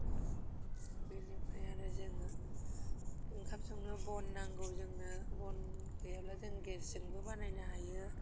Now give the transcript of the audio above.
बेनिफ्राय आरो जोङो ओंखाम संनो बन नांगौ जोंनो बन गैयाब्ला जों गेसजोंबो बानायनो हायो